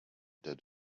dead